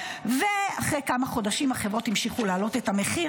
ואחרי כמה חודשים החברות המשיכו להעלות את המחיר,